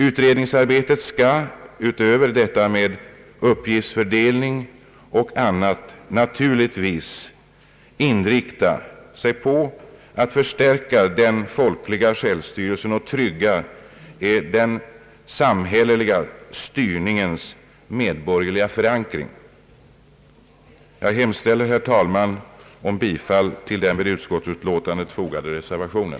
Utredningsarbetet skall förutom på uppgiftsfördelningen naturligtvis inriktas på ett förstärkande av den folkliga självstyrelsen och tryggande av den samhälleliga styrningens medborgerliga förankring. Herr talman! Jag hemställer om bifall till den vid utskottsutlåtandet fogade reservationen.